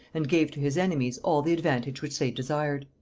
and gave to his enemies all the advantage which they desired.